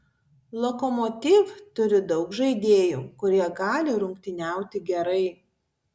lokomotiv turi daug žaidėjų kurie gali rungtyniauti gerai